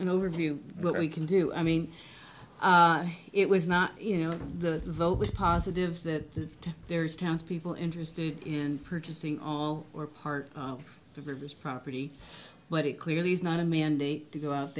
an overview of what we can do i mean it was not you know the vote was positive that there is townspeople interested in purchasing all or part of of this property but it clearly is not a mandate to go out